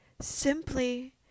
simply